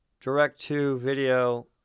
direct-to-video